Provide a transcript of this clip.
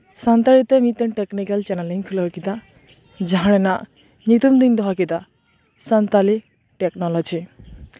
ᱥᱟᱱᱛᱟᱞᱤᱛᱮ ᱢᱤᱫᱴᱮᱱ technical channel ᱤᱧ ᱠᱷᱩᱞᱟᱹᱣ ᱠᱮᱫᱟ ᱡᱟᱦᱟᱸ ᱨᱮᱱᱟᱜ ᱧᱩᱛᱩᱢ ᱫᱚᱧ ᱫᱚᱦᱚ ᱠᱮᱫᱟ ᱥᱟᱱᱛᱟᱞᱤ ᱴᱮᱠᱱᱳᱞᱚᱡᱤ